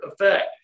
effect